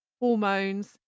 hormones